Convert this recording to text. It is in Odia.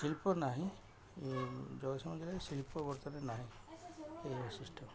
ଶିଳ୍ପ ନାହିଁ ଜଗତସିଂପୁର ଜିଲ୍ଲାରେ ଶିଳ୍ପ ବର୍ତ୍ତମାନ ନାହିଁ ଏଇଭଳିଆ ସିଷ୍ଟମ୍